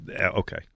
Okay